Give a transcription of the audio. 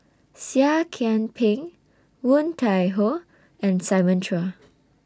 Seah Kian Peng Woon Tai Ho and Simon Chua